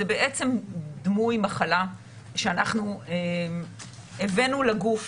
זה בעצם דמוי מחלה שאנחנו הבאנו לגוף